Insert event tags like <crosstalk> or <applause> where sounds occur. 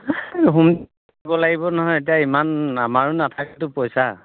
<unintelligible> থাকিব লাগিব নহয় এতিয়া ইমান আমাৰো নাথাকে নহয় পইচা